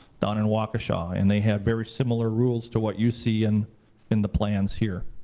down in waukesha. and they had very similar rules to what you see and in the plans here.